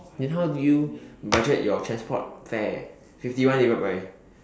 then how did you budget your transport fare fifty one divide by